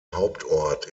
hauptort